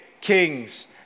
kings